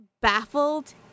baffled